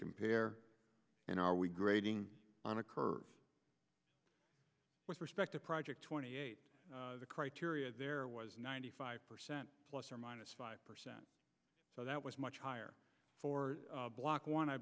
compare and are we grading on a curve with respect to project twenty eight the criteria there was ninety five percent plus or minus five percent so that was much higher for block one i